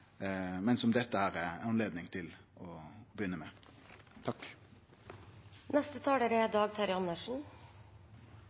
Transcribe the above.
men som dette gir oss ei anledning til å begynne med.